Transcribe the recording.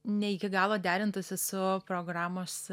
ne iki galo derintųsi su programos